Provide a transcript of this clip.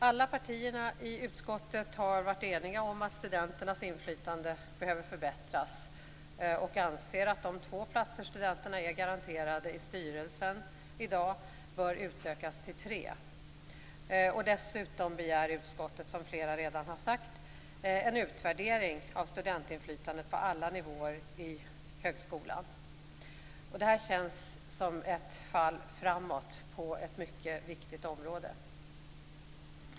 Alla partier i utskottet har varit eniga om att studenternas inflytande behöver förbättras och anser att de två platser studenterna är garanterade i styrelsen i dag bör utökas till tre. Dessutom begär utskottet, som flera talare redan har sagt, en utvärdering av studentinflytandet på alla nivåer i högskolan. Det känns som ett fall framåt på ett mycket viktigt område.